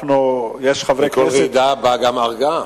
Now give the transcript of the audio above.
בכל רעידה באה גם ההרגעה.